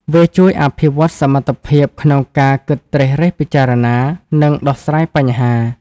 វាជួយអភិវឌ្ឍសមត្ថភាពក្នុងការគិតត្រិះរិះពិចារណា និងដោះស្រាយបញ្ហា។